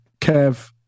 kev